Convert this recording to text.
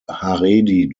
haredi